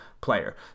player